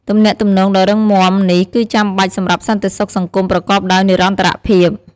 ទំនាក់ទំនងដ៏រឹងមាំនេះគឺចាំបាច់សម្រាប់សន្តិសុខសង្គមប្រកបដោយនិរន្តរភាព។